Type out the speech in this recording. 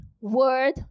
word